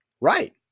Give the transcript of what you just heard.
right